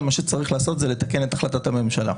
כל מה שצריך לעשות זה לתקן את החלטת הממשלה.